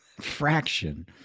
fraction